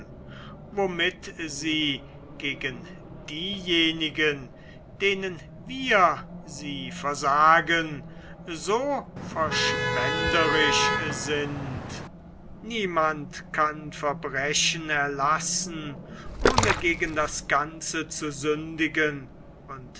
womit sie gegen diejenigen denen wir sie versagen so verschwenderisch sind niemand kann verbrechen erlassen ohne gegen das ganze zu sündigen und